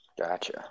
gotcha